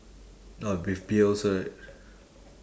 oh with beer also right